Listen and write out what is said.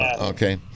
Okay